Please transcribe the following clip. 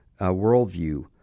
worldview